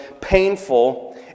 painful